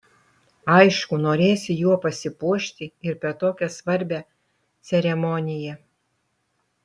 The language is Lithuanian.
aišku norėsi juo pasipuošti ir per tokią svarbią ceremoniją